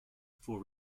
for